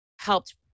helped